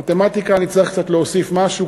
במתמטיקה אני צריך קצת להוסיף משהו,